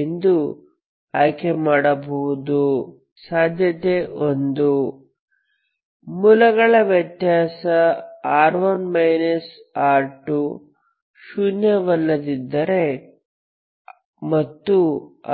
ಎಂದು ಆಯ್ಕೆ ಮಾಡಬಹುದು ಸಾಧ್ಯತೆ 1 ಮೂಲಗಳ ವ್ಯತ್ಯಾಸ ಶೂನ್ಯವಲ್ಲದಿದ್ದರೆ ಮತ್ತು